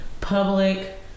public